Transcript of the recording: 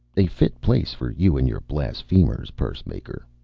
a fit place for you and your blasphemers, pursemaker.